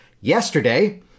Yesterday